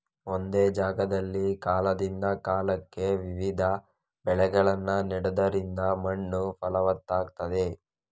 ಒಂದೇ ಜಾಗದಲ್ಲಿ ಕಾಲದಿಂದ ಕಾಲಕ್ಕೆ ವಿವಿಧ ಬೆಳೆಗಳನ್ನ ನೆಡುದರಿಂದ ಮಣ್ಣು ಫಲವತ್ತಾಗ್ತದೆ